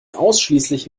ausschließlich